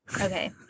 Okay